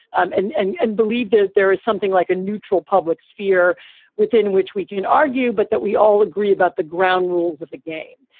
um and and and believe that there is something like a neutral public sphere within which we can argue, but that we all agree about the ground rules of the game.